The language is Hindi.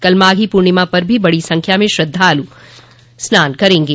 कल माघी पूर्णिमा पर भी बड़ी संख्या में श्रद्वालु स्नान करेंगे